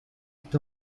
est